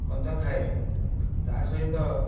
ମଧ୍ୟ ଖାଏ ତା' ସହିତ